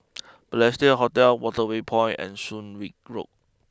Balestier Hotel Waterway Point and Soon Wing Road